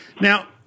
Now